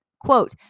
Quote